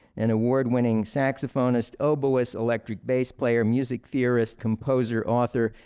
an award winning saxophonist, oboist, electric bass player, music theorist, composer, author,